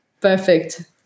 perfect